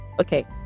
okay